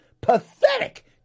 pathetic